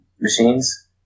machines